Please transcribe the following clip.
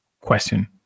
question